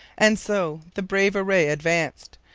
and so the brave array advanced.